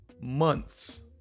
months